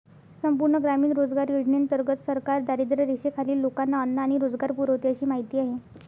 संपूर्ण ग्रामीण रोजगार योजनेंतर्गत सरकार दारिद्र्यरेषेखालील लोकांना अन्न आणि रोजगार पुरवते अशी माहिती आहे